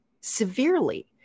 severely